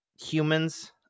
humans